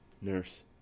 Nurse